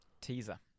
teaser